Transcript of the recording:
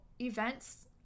events